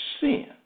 sin